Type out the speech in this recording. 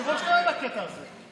בוודאי שהוא, היושב-ראש טועה בקטע הזה.